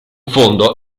fondo